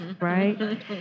right